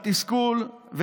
התסכול,